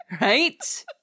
Right